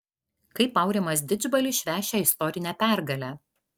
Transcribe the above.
kaip aurimas didžbalis švęs šią istorinę pergalę